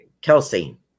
Kelsey